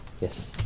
Yes